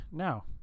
now